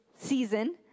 season